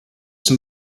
zum